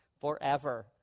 forever